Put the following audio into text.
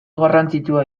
garrantzitsua